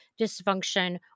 dysfunction